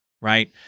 right